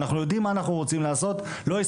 הם יודעים מה הם רוצים לעשות,